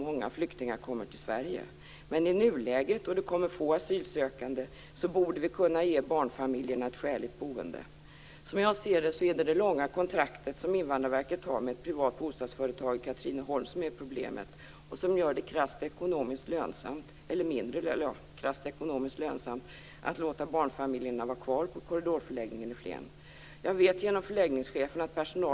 Jag håller naturligtvis med Ulla Hoffmann om att asylsökande barn bör ha ett skäligt boende. Invandrarverket har en grannlaga och för verket självklar uppgift att också se till barnens behov. Många av de familjer som kommer till Sverige har traumatiska upplevelser bakom sig.